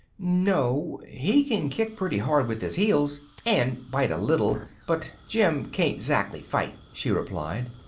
no! he can kick pretty hard with his heels, and bite a little but jim can't zactly fight, she replied.